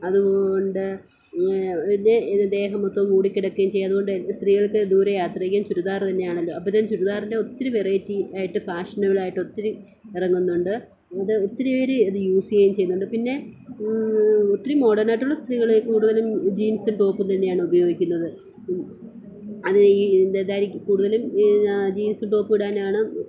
അതുകൊണ്ട് ഇതിൻ്റെ ഇത് ദേഹം മൊത്തവും മൂടി കിടക്കുകയും ചെയ്യും അതുകൊണ്ട് സ്ത്രീകൾക്ക് ദൂര യാത്രയ്ക്ക് ചുരിദാർ തന്നെയാണല്ലോ അപ്പോഴത്തേക്കും ചുരിദാറിൻ്റെ ഒത്തിരി വെറൈറ്റി ആയിട്ട് ഫാഷനബിളായിട്ട് ഒത്തിരി ഇറങ്ങുന്നുണ്ട് ഇത് ഒത്തിരിപ്പേര് അത് യൂസ് ചെയ്യുകയും ചെയ്യുന്നുണ്ട് പിന്നെ ഒത്തിരി മോഡേണായിട്ടുള്ള സ്ത്രീകൾ കൂടുതലും ജീൻസും ടോപ്പും തന്നെയാണ് ഉപയോഗിക്കുന്നത് അത് ഈ ഇതിൻ്റെ എന്തായി കൂടുതലും ജീൻസും ടോപ്പും ഇടാനാണ്